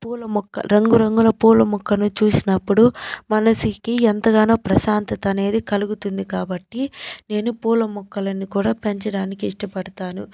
పూల మొక్క రంగు రంగుల పూల మొక్కలను చూసినప్పుడు మనసుకి ఎంతగానో ప్రశాంతతనేది కలుగుతుంది కాబట్టి నేను పూల మొక్కలను కూడా పెంచడానికి ఇష్టపడతాను